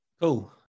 Cool